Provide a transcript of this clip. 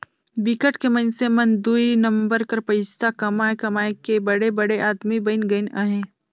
बिकट के मइनसे मन दुई नंबर कर पइसा कमाए कमाए के बड़े बड़े आदमी बइन गइन अहें